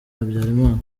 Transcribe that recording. habyarimana